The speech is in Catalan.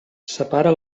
separa